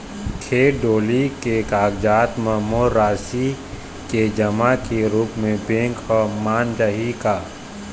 खेत डोली के कागजात म मोर राशि के जमा के रूप म बैंक हर मान जाही का?